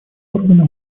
органа